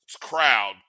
crowd